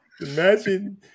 Imagine